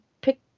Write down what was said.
pick